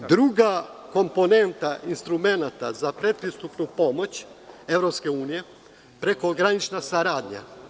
Druga komponenta instrumenata za predpristupnu pomoć EU – prekogranična saradnja.